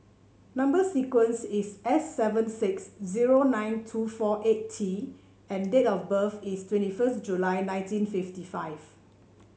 number sequence is S seven six zero nine two four eight T and date of birth is twenty first July nineteen fifty five